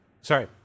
Sorry